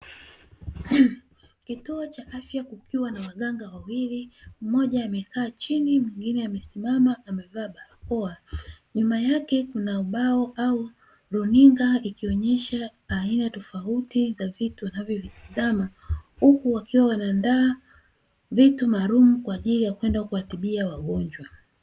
Kituo cha afya kukiwa na waganga wawili mmoja amekaa chini mwingine amesimama amevaa barakoa, nyuma yake kuna ubao au runinga ikionyesha aina tofauti za vitu wanavyovitizima, huku wakiwa wanaandaa vitu maalumu kwa ajili ya kwenda kuwatibia wagonjwa.